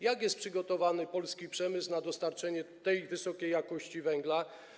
Jak jest przygotowany polski przemysł do dostarczania wysokiej jakości węgla?